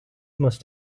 must